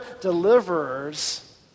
deliverers